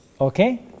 Okay